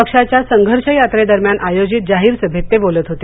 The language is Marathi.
पक्षाच्या संघर्ष यात्रेदरम्यान आयोजित जाहीर सभेत ते बोलत होते